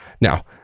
Now